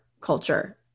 culture